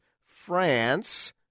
France